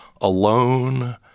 alone